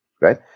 right